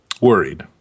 worried